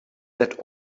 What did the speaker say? that